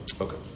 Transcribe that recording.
Okay